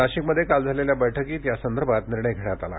नाशिकमध्ये काल झालेल्या बैठकीत यासंदर्भात निर्णय घेण्यात आला